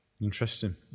Interesting